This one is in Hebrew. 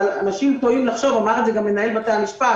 אנשים טועים לחשוב אמר את זה גם מנהל בתי המשפט